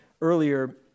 earlier